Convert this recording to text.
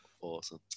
Awesome